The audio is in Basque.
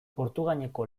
portugaineko